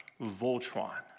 Voltron